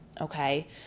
Okay